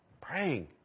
Praying